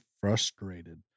frustrated